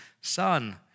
son